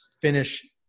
finish